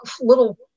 little